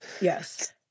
Yes